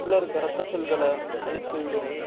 உள்ள இருக்க ரத்த செல்களை அழித்துவிடும்